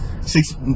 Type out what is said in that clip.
Six